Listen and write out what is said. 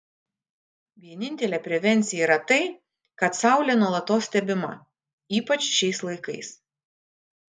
vienintelė prevencija yra tai kad saulė nuolatos stebima ypač šiais laikais